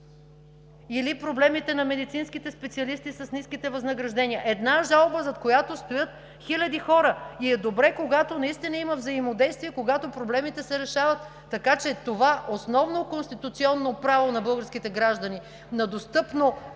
или проблемите на медицинските специалисти с ниските възнаграждения – една жалба, зад която стоят хиляди хора! И е добре, когато наистина има взаимодействие, когато проблемите се решават така, че това основно конституционно право на българските граждани на достъпно,